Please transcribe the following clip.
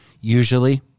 Usually